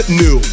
new